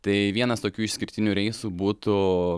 tai vienas tokių išskirtinių reisų būtų